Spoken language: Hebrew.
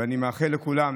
ואני מאחל לכולם,